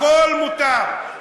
הכול מותר.